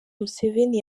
museveni